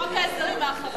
חוק ההסדרים האחרון.